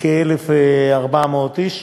בכ-1,400 איש.